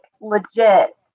legit